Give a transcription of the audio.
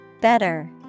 Better